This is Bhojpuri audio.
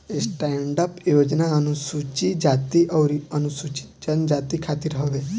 स्टैंडअप योजना अनुसूचित जाती अउरी अनुसूचित जनजाति खातिर हवे